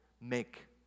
make